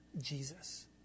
Jesus